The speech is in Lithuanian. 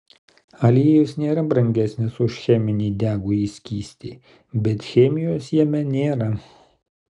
aliejus nėra brangesnis už cheminį degųjį skystį bet chemijos jame nėra